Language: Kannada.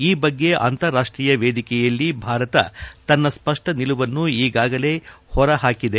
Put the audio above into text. ಈ ಬಗ್ಗೆ ಅಂತಾರಾಷ್ವೀಯ ವೇದಿಕೆಯಲ್ಲಿ ಭಾರತವು ತನ್ನ ಸ್ಪಷ್ನ ನಿಲುವನ್ನು ಈಗಾಗಲೇ ಹೊರ ಹಾಕಿದೆ